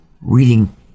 reading